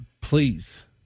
Please